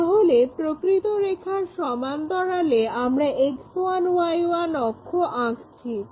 তাহলে প্রকৃত রেখার সমান্তরালে আমরা X1Y1 অক্ষ আঁকছি